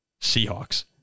Seahawks